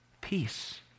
peace